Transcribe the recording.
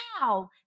wow